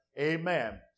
amen